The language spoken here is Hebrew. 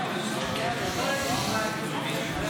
מתחננים ללמוד לימודי ליבה ולא נותנים להם.